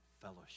fellowship